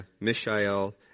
Mishael